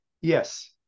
Yes